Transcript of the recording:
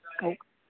okay